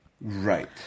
Right